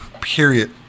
Period